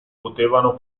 potevano